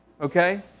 Okay